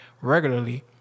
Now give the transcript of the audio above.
regularly